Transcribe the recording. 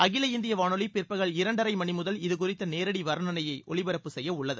அகில இந்திய வானொலி பிற்பகல் இரண்டரை மணிமுதல் இதுகுறித்த நேரடி வர்ணனைய ஒலிபரப்பு செய்ய உள்ளது